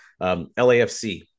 LAFC